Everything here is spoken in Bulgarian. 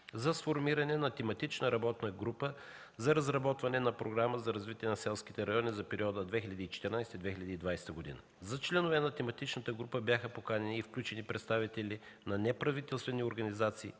за сформиране на тематична работна група за разработване на Програма за развитие на селските райони за периода 2014-2020 г. За членове на тематичната група бяха поканени и включени представители на неправителствени организации,